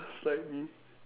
slightly